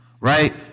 Right